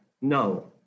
no